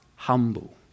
Humble